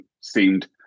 seemed